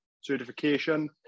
certification